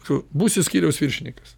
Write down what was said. tu būsi skyriaus viršininkas